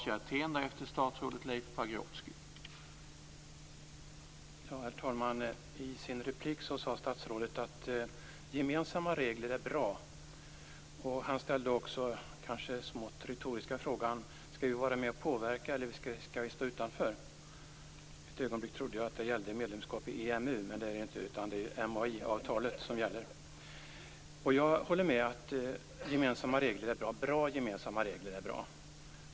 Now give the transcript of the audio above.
Herr talman! I sin replik sade statsrådet att gemensamma regler är bra. Han ställde också den kanske smått retoriska frågan: Skall vi vara med och påverka eller skall vi stå utanför? Ett ögonblick trodde jag att det gällde medlemskap i EMU, men det är ju MAI avtalet det gäller. Jag håller med om att gemensamma regler är bra. Bra gemensamma regler är bra.